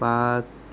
bus